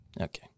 Okay